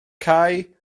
cau